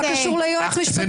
מה זה קשור ליועץ משפטי?